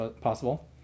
possible